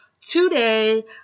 today